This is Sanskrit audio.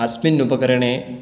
अस्मिन् उपकरणे